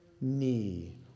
knee